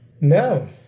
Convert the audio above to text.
No